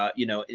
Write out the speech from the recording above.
you know,